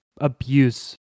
abuse